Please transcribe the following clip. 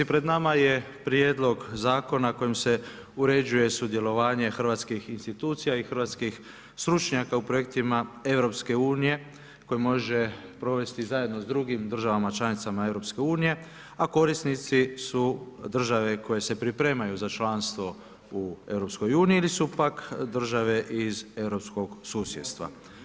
Pred nama je prijedlog zakona, kojim se uređuje sudjelovanje hrvatskih institucija i hrvatskih stručnjaka u projektima EU, koje može provesti zajedno sa drugim članicama EU, a korisnici su države koje se pripremaju za članstvo u EU, ili su pak države iz europskog susjedstva.